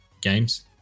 games